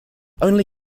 only